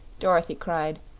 dorothy cried,